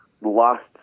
lost